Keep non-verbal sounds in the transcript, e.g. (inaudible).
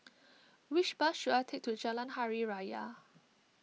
(noise) which bus should I take to Jalan Hari Raya